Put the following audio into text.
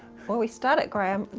well we start it graeme,